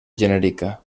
genèrica